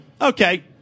okay